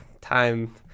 Time